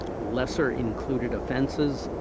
lesser included offenses,